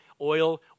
Oil